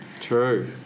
true